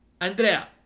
Andrea